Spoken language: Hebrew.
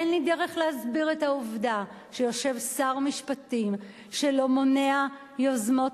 אין לי דרך להסביר את העובדה שיושב שר משפטים שלא מונע יוזמות